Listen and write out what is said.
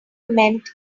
meant